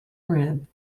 rim